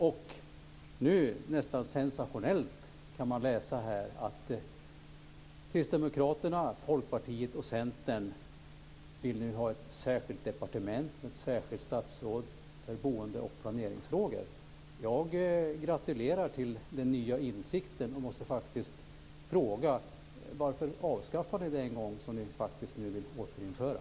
Nu kan man läsa, nästan sensationellt, att Kristdemokraterna, Folkpartiet och Centern vill ha ett särskilt departement och ett särskilt statsråd för boende och planeringsfrågor. Jag gratulerar till den nya insikten, och måste fråga: Varför avskaffade ni en gång det som ni nu vill återinföra?